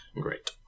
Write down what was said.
great